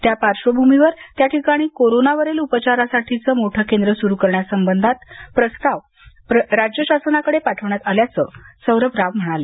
त्या पार्श्वभूमीवर त्या ठिकाणी कोरोनावरील उपचारासाठीचे मोठे केंद्र सुरु करण्या संबंधीचे प्रस्ताव राज्य शासनाकडे पाठवण्यात आल्याचं त्यांनी सांगितलं